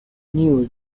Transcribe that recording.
new